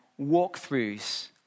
walkthroughs